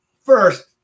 first